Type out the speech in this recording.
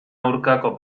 aurkako